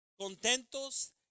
Contentos